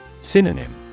Synonym